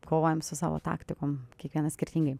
kovojam su savo taktikom kiekvienas skirtingai